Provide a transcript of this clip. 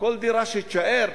וכל דירה שתישאר,